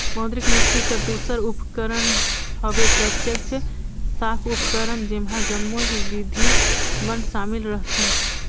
मौद्रिक नीति कर दूसर उपकरन हवे प्रत्यक्छ साख उपकरन जेम्हां जम्मो बिधि मन सामिल रहथें